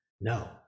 no